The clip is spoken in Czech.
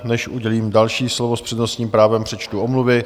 Než udělím další slovo s přednostním právem, přečtu omluvy.